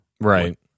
right